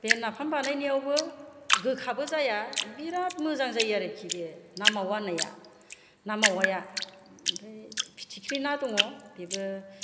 बे नाफाम बानायनायावबो गोखाबो जाया बिराद मोजां जायो आरोखि बे ना मावा होननाया ना मावाया ओमफ्राय फिथिख्रि ना दङ बेबो